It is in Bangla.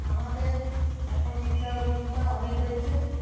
আমাদের এখন শিক্ষাব্যবস্থা অনেক হয়েছে